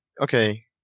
okay